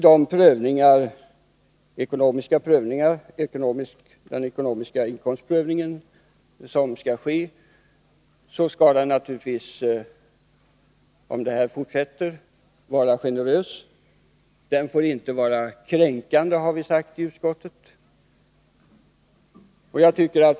Den inkomstprövning som görs skall naturligtvis, om det här systemet bibehålles, vara generös. Den får inte vara kränkande, har vi sagt i utskottet.